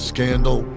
Scandal